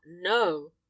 no